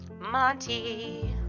Monty